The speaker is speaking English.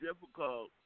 difficult